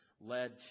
led